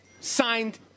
signed